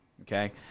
Okay